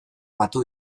batu